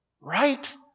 right